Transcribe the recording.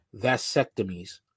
vasectomies